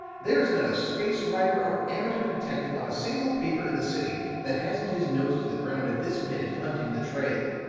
there is not a space writer or amateur detective on a single paper in the city that hasn't his nose to the ground at this minute, hunting the trail.